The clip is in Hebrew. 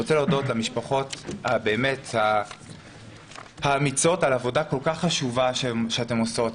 אני רוצה להודות למשפחות האמיצות על עבודה כל כך חשובה שאתן עושות.